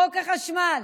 חוק החשמל.